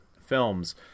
films